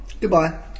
Goodbye